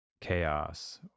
chaos